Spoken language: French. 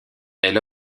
elle